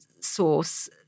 source